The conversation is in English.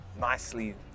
nicely